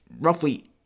roughly